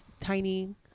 tiny